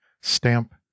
stamp